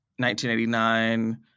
1989